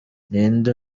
ninde